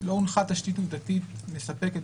תשתית עובדתית מספקת,